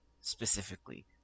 specifically